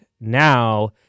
now